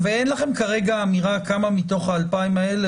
ואין לכם כרגע אמירה כמה מתוך ה-2,000 האלה